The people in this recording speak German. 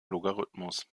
logarithmus